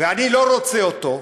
ואני לא רוצה אותו,